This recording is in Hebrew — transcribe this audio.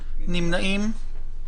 נמנעים?